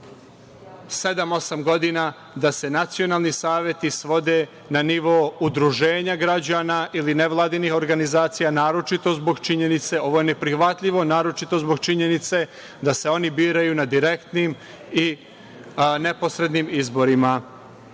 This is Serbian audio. osam godina, da se nacionalni saveti svode na nivo udruženja građana ili nevladinih organizacija, ovo je neprihvatljivo, naročito zbog činjenice da se oni biraju na direktnim i neposrednim izborima. Takođe,